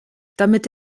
damit